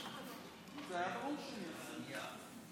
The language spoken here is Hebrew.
כן.